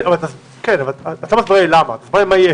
את לא מסבירה לי למה, את מסבירה לי מה יש.